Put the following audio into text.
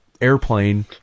airplane